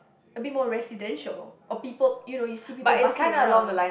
a bit more residential or people you know you see people bustling around